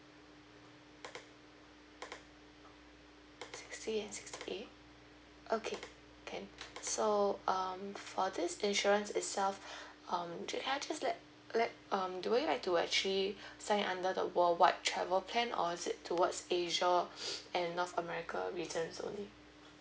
sixty and sixty eight okay can so um for this insurance itself um do you have let let um do you like to actually sign under the worldwide travel plan or is it towards asia and north america region only